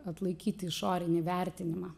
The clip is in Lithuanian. atlaikyti išorinį vertinimą